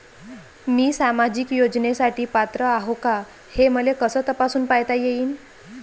मी सामाजिक योजनेसाठी पात्र आहो का, हे मले कस तपासून पायता येईन?